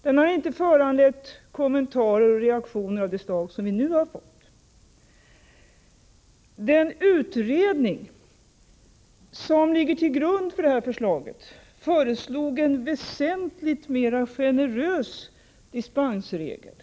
Den har inte föranlett kommentarer och reaktioner av det slag som vi nu fått. Den utredning som ligger till grund för detta förslag förordade en väsentligt mer generös dispensregel.